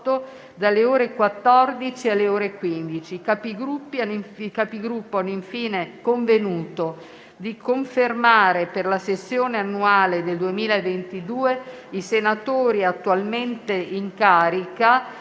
dalle ore 14 alle ore 15. I Capigruppo hanno infine convenuto di confermare per la sessione annuale del 2022 i senatori attualmente in carica